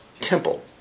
temple